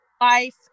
life